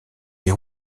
les